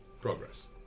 progress